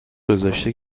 گذاشته